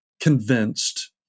convinced